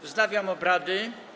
Wznawiam obrady.